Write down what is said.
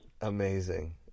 Amazing